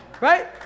Right